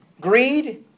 Greed